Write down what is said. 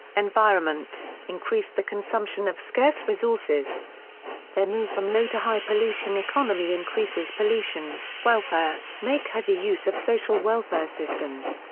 environment increase the consumption of scarce resources their move from low to high pollution economy increases pollution welfare make heavy use of social welfare systems.